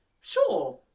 sure